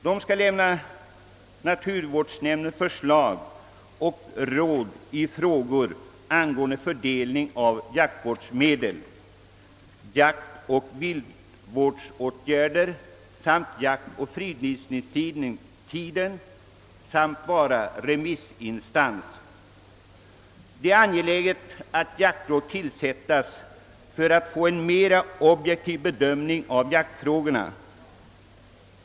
De skall lämna naturvårdsnämnden förslag och råd i frågor angående fördelning av jaktvårdsmedel, jaktoch viltvårdsåtgärder, jaktoch fridlysningstider samt vara remissinstans. Det är angeläget att jaktråd tillsättes för att man skall få en mera objektiv bedömning av jaktfrågorna.